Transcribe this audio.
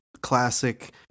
classic